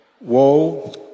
Woe